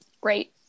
great